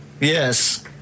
Yes